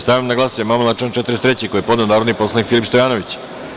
Stavljam na glasanje amandman na član 43. koji je podneo narodni poslanik Filip Stojanović.